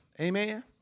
Amen